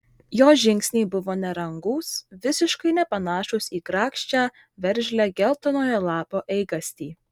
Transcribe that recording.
jos žingsniai buvo nerangūs visiškai nepanašūs į grakščią veržlią geltonojo lapo eigastį